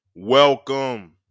welcome